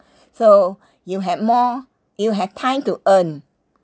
so you have more you have time to earn